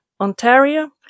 Ontario